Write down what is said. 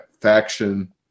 faction